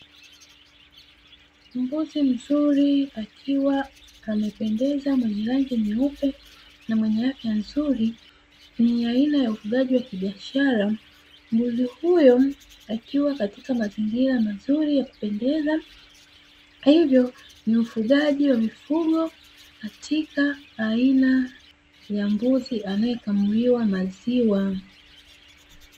Mbuzi mzuri akiwa amependeza mwenye rangi nyeupe na mwenye afya nzuri, ni aina ya ufugaji wa kibiashara mbuzi huyo akiwa katika mazingira mazuri yakupendeza, hivyo ni ufugaji wa mifugo katika aina ya mbuzi anayekamuliwa maziwa.